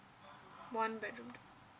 one bedroom to